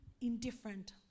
indifferent